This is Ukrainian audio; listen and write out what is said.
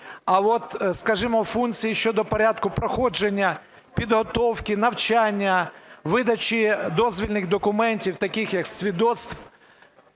А от, скажімо, функції щодо порядку проходження підготовки, навчання, видачі дозвільних документів таких, як свідоцтв,